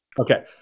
okay